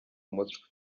mutwe